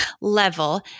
level